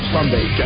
Sunday